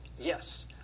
yes